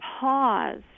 pause